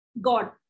God